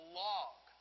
log